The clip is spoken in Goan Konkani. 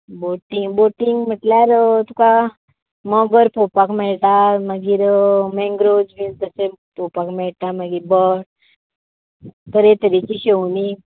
बोटी बोटींग म्हटल्यार तुका मगर पळोवपाक मेळटा मागीर मॅंग्रूज बी तशें पळोवपाक मेळटा मागीर बर्ड तरेतरेचीं शेवणी